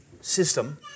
system